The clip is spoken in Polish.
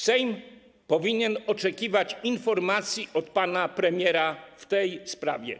Sejm powinien oczekiwać informacji od pana premiera w tej sprawie.